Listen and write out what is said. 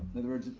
in other words,